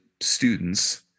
students